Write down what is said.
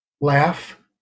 laugh